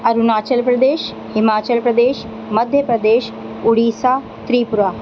Arunachal Pradesh Himachal Pradesh Madhya Pradesh Orissa Tripura